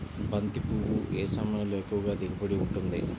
బంతి పువ్వు ఏ సమయంలో ఎక్కువ దిగుబడి ఉంటుంది?